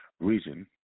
region